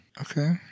Okay